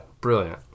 Brilliant